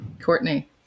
Courtney